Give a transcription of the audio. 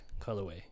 colorway